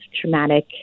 traumatic